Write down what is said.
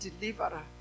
deliverer